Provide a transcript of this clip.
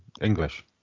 English